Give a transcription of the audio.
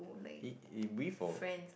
it it with for